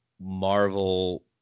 Marvel